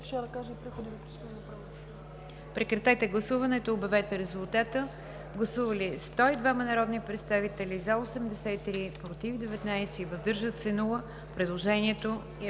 Прекратете гласуването и обявете резултата. Гласували 212 народни представители: за 177, против 1, въздържали се 34. Предложението е